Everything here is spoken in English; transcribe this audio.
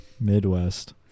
midwest